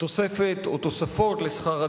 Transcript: תוספת או תוספות לשכר הדירה,